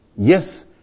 Yes